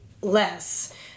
less